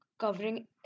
covering